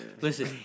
listen